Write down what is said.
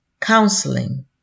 counseling